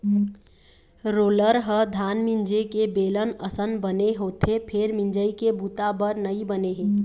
roller ह धान मिंजे के बेलन असन बने होथे फेर मिंजई के बूता बर नइ बने हे